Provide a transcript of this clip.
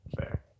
Fair